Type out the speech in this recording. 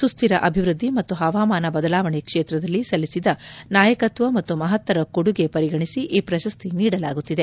ಸುಶ್ಠಿರ ಅಭಿವೃದ್ಧಿ ಮತ್ತು ಹವಾಮಾನ ಬದಲಾವಣೆ ಕ್ಷೇತ್ರದಲ್ಲಿ ಸಲ್ಲಿಸಿದ ನಾಯಕತ್ವ ಮತ್ತು ಮಹತ್ತರ ಕೊಡುಗೆ ಪರಿಗಣಿಸಿ ಈ ಪ್ರಶಸ್ತಿ ನೀಡಲಾಗುತ್ತಿದೆ